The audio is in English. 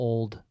Old